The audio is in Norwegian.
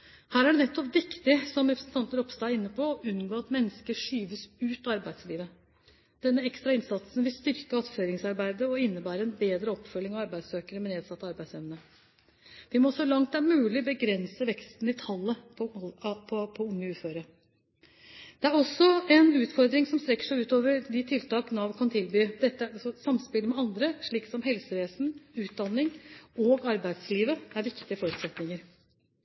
Her er det nettopp viktig, som representanten Ropstad er inne på, å unngå at mennesker skyves ut av arbeidslivet. Denne ekstra innsatsen vil styrke attføringsarbeidet og innebære en bedre oppfølging av arbeidssøkere med nedsatt arbeidsevne. Vi må så langt det er mulig, begrense veksten i tallet på unge uføre. Dette er også en utfordring som strekker seg utover de tiltak Nav kan tilby. Samspillet med andre, slik som helsevesen, utdanning og arbeidsliv, er viktige forutsetninger.